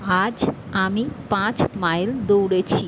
আজ আমি পাঁচ মাইল দৌড়েছি